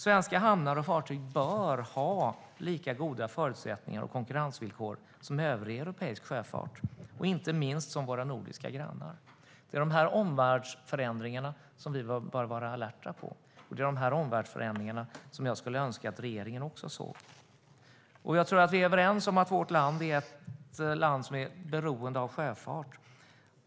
Svenska hamnar och fartyg bör ha lika goda förutsättningar och konkurrensvillkor som övrig europeisk sjöfart och, inte minst, som våra nordiska grannar. Det är dessa omvärldsförändringar som vi bör vara alerta på och som jag skulle önska att också regeringen såg. Jag tror att vi är överens om att vårt land är ett land som är beroende av sjöfart.